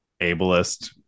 ableist